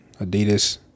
adidas